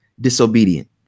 disobedient